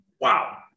Wow